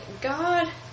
God